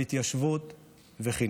התיישבות וחינוך.